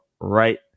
right